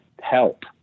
help